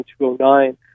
209